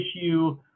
issue